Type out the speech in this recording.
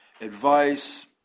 advice